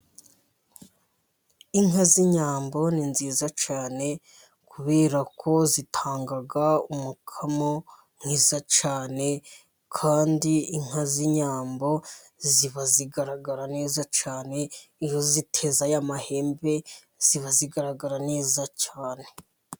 Inka z'inyambo ni nziza cyane, kubera ko zitanga umukamo mwiza cyane kandi inka z'inyambo, ziba zigaragara neza cyane iyo ziteze aya mahembe, ziba zigaragara neza cyane.